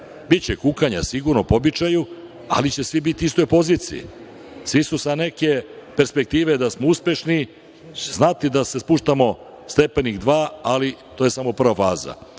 Biće kukanja sigurno, po običaju, ali će svi biti u istoj poziciji. Svi su sa neke perspektive da smo uspešni, znati da smo stepenik, dva, ali to je samo prva faza.